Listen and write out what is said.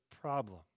problem